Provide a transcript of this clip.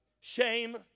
shame